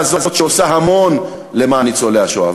הזאת עושות המון למען ניצולי השואה,